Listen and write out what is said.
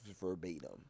verbatim